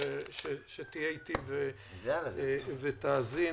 שתהיה איתי ותאזין.